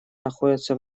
находится